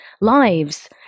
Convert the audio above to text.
lives